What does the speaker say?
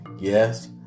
Yes